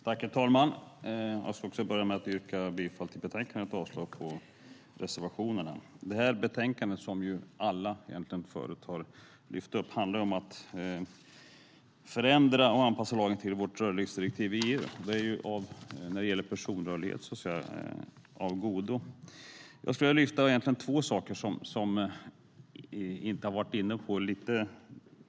Herr talman! Jag ska börja med att yrka bifall till utskottets förslag i betänkandet och avslag på reservationerna. Det här betänkandet, vilket ju alla egentligen förut har lyft upp, handlar om att förändra och anpassa lagen till vårt rörlighetsdirektiv i EU. När det gäller personrörlighet är detta av godo. Jag skulle vilja lyfta fram två saker som andra inte har varit inne på.